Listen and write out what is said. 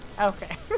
Okay